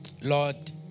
Lord